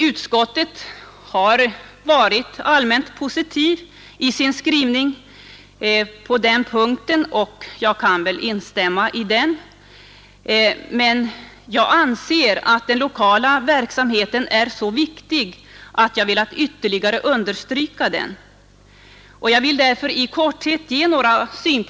Utskottet har varit allmänt positivt i sin skrivning på den punkten, och jag kan väl instämma i den, men jag anser att den lokala verksamheten är så viktig att jag velat ytterligare understryka dess värde.